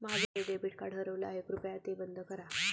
माझं debit card हरवलं आहे, कृपया ते बंद करा